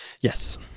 Yes